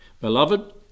Beloved